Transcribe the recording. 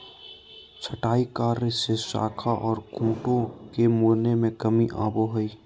छंटाई कार्य से शाखा ओर खूंटों के मुड़ने में कमी आवो हइ